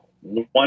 one